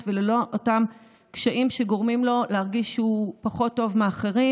וללא אותם קשיים שגורמים לו להרגיש שהוא פחות טוב מאחרים,